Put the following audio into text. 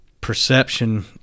perception